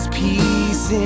peace